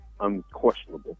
unquestionable